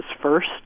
first